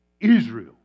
Israel